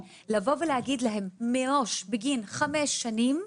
ולומר להם לשלם מראש בגין חמש שנים,